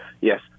Yes